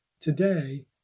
Today